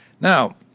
Now